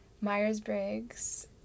Myers-Briggs